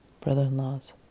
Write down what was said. brother-in-laws